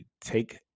take